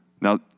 Now